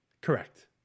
Correct